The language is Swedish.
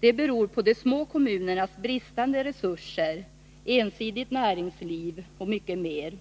Det beror på de små kommunernas bristande resurser, ett ensidigt näringsliv och mycket mer.